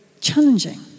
challenging